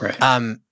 Right